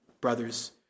brothers